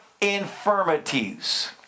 infirmities